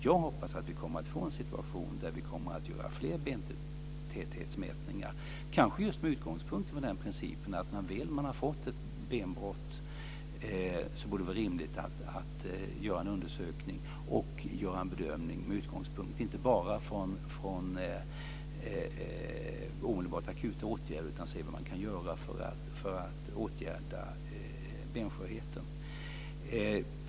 Jag hoppas att vi kommer att få en situation där vi gör fler bentäthetsmätningar, kanske just med utgångspunkt i principen att det är när man väl har fått ett benbrott som det är rimligt att göra en undersökning. Man ska då göra en bedömning med utgångspunkt inte bara från omedelbara akuta åtgärder utan också från vad man kan göra för att åtgärda benskörheten.